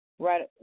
right